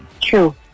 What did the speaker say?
true